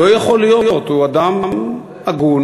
לא יכול להיות, הוא אדם הגון,